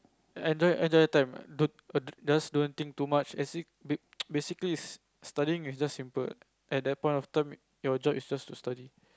enjoy enjoy your time don't just don't think too much as in basically studying is just simple at that point of time your job is just to study